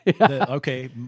Okay